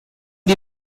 die